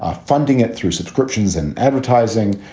ah funding it through subscriptions and advertising,